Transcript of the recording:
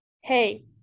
hey